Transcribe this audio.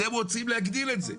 אתם רוצים להגדיל את זה,